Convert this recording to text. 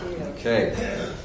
Okay